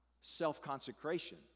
Self-consecration